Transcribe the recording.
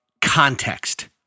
context